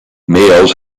males